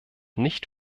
nicht